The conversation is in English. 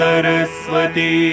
Saraswati